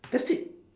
that's it